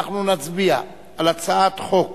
אנחנו נצביע על הצעת חוק